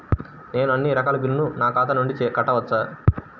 నేను అన్నీ రకాల బిల్లులను నా ఖాతా నుండి కట్టవచ్చా?